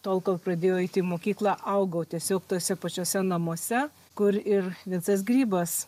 tol kol pradėjau eit į mokyklą augau tiesiog tuose pačiuose namuose kur ir vincas grybas